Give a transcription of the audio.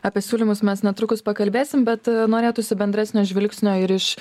apie siūlymus mes netrukus pakalbėsim bet norėtųsi bendrasis žvilgsnio ir iš